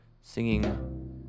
singing